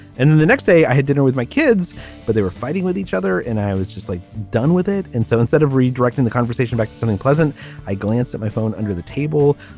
and then the next day i had dinner with my kids but they were fighting with each other and i was just like done with it. and so instead of redirecting the conversation back to something pleasant i glanced at my phone under the table.